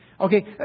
Okay